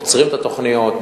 עוצרים את התוכניות,